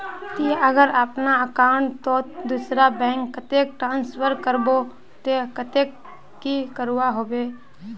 ती अगर अपना अकाउंट तोत दूसरा बैंक कतेक ट्रांसफर करबो ते कतेक की करवा होबे बे?